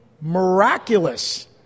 miraculous